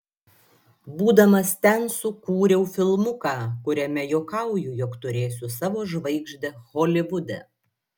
būdamas ten sukūriau filmuką kuriame juokauju jog turėsiu savo žvaigždę holivude